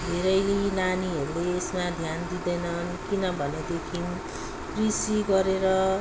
धेरै नानीहरूले यसमा ध्यान दिँदैनन् किनभनेदेखि कृषि गरेर